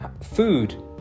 food